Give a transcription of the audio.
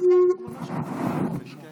בסיבוב הקודם,